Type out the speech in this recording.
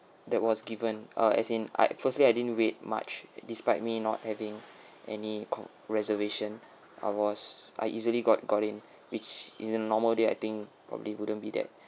that was given uh as in I firstly I didn't wait much despite me not having any co~ reservation I was I easily got got in which is in the normal day I think probably wouldn't be that